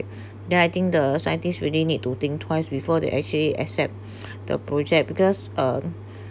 then I think the scientists really need to think twice before they actually accept the project because um